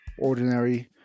Ordinary